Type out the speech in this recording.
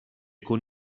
con